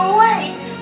wait